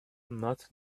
not